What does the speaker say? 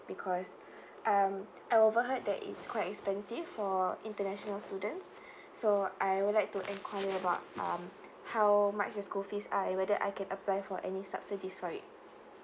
because um I overheard that it's quite expensive for international students so I would like to enquire about um how much the school fees are and whether I can apply for any subsidies for it